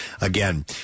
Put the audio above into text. again